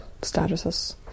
statuses